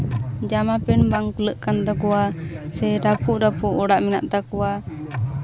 ᱡᱟᱢᱟ ᱯᱮᱱ ᱵᱟᱝ ᱠᱩᱞᱟᱹᱜ ᱠᱟᱱ ᱛᱟᱠᱚᱣᱟ ᱥᱮ ᱨᱟᱹᱯᱩᱫᱼᱨᱟᱹᱯᱩᱫ ᱚᱲᱟᱜ ᱢᱮᱱᱟᱜ ᱛᱟᱠᱚᱣᱟ